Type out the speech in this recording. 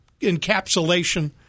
encapsulation